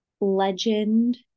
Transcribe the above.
legend